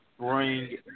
bring